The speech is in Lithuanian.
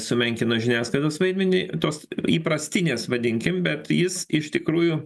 sumenkino žiniasklaidos vaidmenį tos įprastinės vadinkim bet jis iš tikrųjų